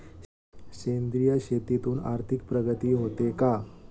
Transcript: सेंद्रिय शेतीतून आर्थिक प्रगती होते का?